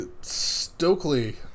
Stokely